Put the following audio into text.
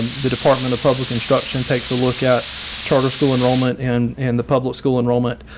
the department of public instruction takes a look at charter school enrollment and and the public school enrollment.